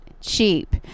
cheap